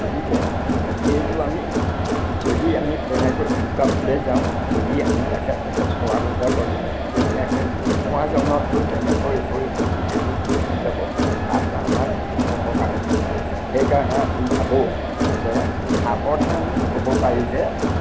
গতিকে এইটো আমি যদি আমি তেনেকৈ লুকুৱাবলৈ যাওঁ যদি আমি যাকে তাকে চোৱা বুজা কৰোঁ তেতিয়াহে নোহোৱাজনৰো তেনেকৈ হৈ হয়টো সেইবোৰ বিয়পি যাব তাৰ পৰা আমাৰ অপকাৰ হ'ব সেইকাৰণে আমি ভাবোঁ যে সাৱধান হ'ব পাৰিলে